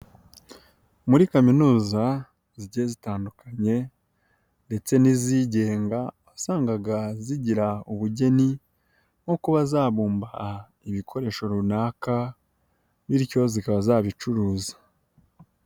Muri kaminuza zigiye zitandukanye ndetse n'izigenga wasangaga zigira ubugeni nko kuba zabumba ibikoresho runaka bityo zikaba zabicuruza.